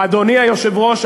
אדוני-היושב-ראש,